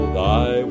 thy